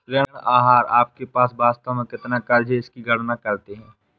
ऋण आहार आपके पास वास्तव में कितना क़र्ज़ है इसकी गणना करते है